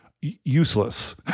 useless